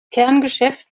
kerngeschäft